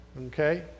Okay